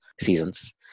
seasons